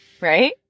right